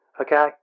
Okay